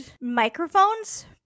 microphones